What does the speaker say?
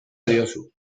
diozu